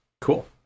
cool